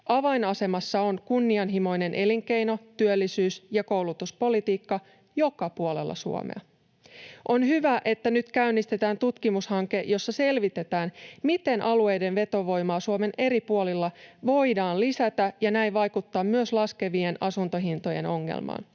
Avainasemassa on kunnianhimoinen elinkeino-, työllisyys- ja koulutuspolitiikka joka puolella Suomea. On hyvä, että nyt käynnistetään tutkimushanke, jossa selvitetään, miten voidaan lisätä alueiden vetovoimaa Suomen eri puolilla ja näin vaikuttaa myös laskevien asuntohintojen ongelmaan.